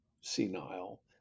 senile